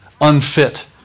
unfit